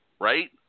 right